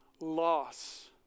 loss